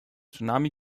tsunami